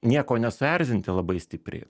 nieko nesuerzinti labai stipriai